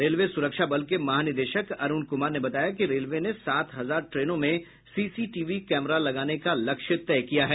railway सुरक्षा बल के महानिदेशक अरूण कुमार ने बताया कि रेलवे ने सात हजार ट्रेनों में सीसीटीवी कैमरा लगाने का लक्ष्य तय किया है